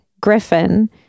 Griffin